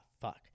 fuck